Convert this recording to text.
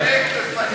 לפנק, לפנק, לפנק.